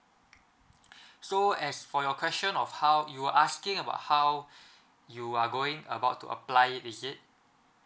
so as for your question of how you are asking about how you are going about to apply it is it